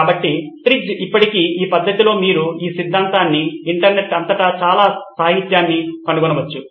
కాబట్టి TRIZ ఇప్పటికీ ఈ పద్ధతిలో మీరు ఈ సిద్ధాంతంలో ఇంటర్నెట్ అంతటా చాలా సాహిత్యాన్ని కనుగొనవచ్చు